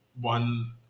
one